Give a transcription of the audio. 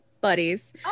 buddies